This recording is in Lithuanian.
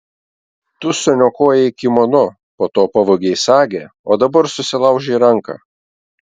tu suniokojai kimono po to pavogei sagę o dabar susilaužei ranką